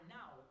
now